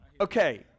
Okay